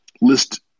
list